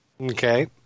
Okay